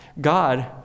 God